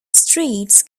streets